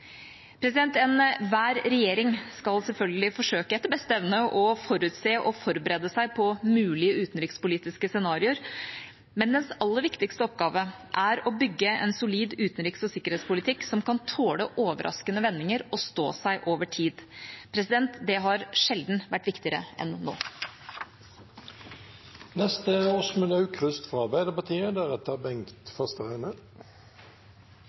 regjering skal selvfølgelig forsøke, etter beste evne, å forutse og forberede seg på mulige utenrikspolitiske scenarioer. Men dens aller viktigste oppgave er å bygge en solid utenriks- og sikkerhetspolitikk som kan tåle overraskende vendinger og stå seg over tid. Det har sjelden vært viktigere enn